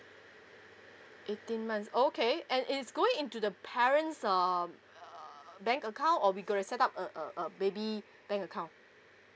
eighteen months oh okay and it's going into the parents um err bank account or we gonna set up a a a baby bank account